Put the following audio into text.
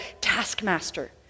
taskmaster